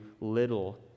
little